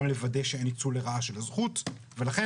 גם לוודא שאין ניצול לרעה של הזכות.